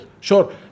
Sure